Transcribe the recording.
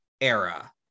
era